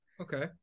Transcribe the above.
Okay